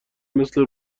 مثل